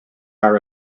are